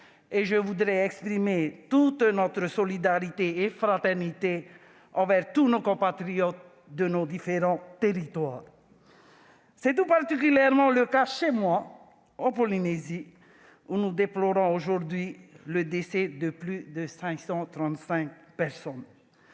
Je voudrais exprimer notre solidarité et notre fraternité envers nos compatriotes de ces différents territoires. C'est tout particulièrement le cas chez moi, en Polynésie, où nous déplorons le décès de plus de 535 personnes.